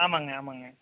ஆமாங்க ஆமாங்க